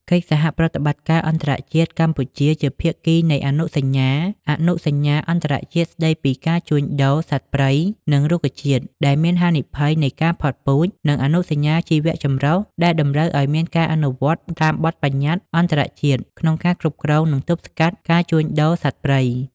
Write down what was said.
កិច្ចសហប្រតិបត្តិការអន្តរជាតិ កម្ពុជាជាភាគីនៃអនុសញ្ញា អនុសញ្ញាអន្តរជាតិស្តីពីការជួញដូរសត្វព្រៃនិងរុក្ខជាតិដែលមានហានិភ័យនៃការផុតពូជ និងអនុសញ្ញាជីវៈចម្រុះ ដែលតម្រូវឱ្យមានការអនុវត្តតាមបទប្បញ្ញត្តិអន្តរជាតិក្នុងការគ្រប់គ្រង និងទប់ស្កាត់ការជួញដូរសត្វព្រៃ។